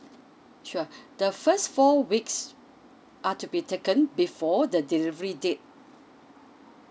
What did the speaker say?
sure the first four weeks are to be taken before the delivery date